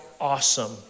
awesome